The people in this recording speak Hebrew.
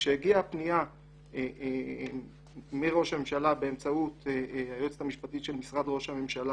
כשהגיעה הפנייה מראש הממשלה באמצעות היועצת המשפטית של משרד ראש הממשלה